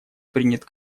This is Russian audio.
принят